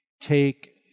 take